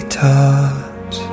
taught